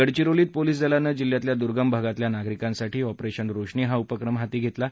गडचिरोलीत पोलिस दलानं जिल्ह्यातल्या दुर्गम भागातील नागरिकांसाठी ऑपरेशन रोशनी हा उपक्रम हाती घेतला आहे